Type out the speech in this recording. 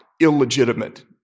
illegitimate